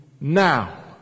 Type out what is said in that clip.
now